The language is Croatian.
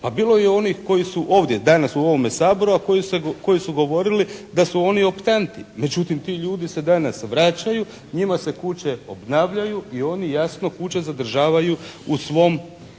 Pa bilo je onih koji su ovdje, danas u ovome Saboru, a koji su govorili da su oni optanta, međutim ti ljudi se danas vraćaju, njima se kuće obnavljaju i oni jasno kuće zadržavaju u svom